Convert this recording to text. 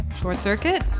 Short-circuit